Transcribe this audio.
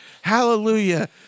hallelujah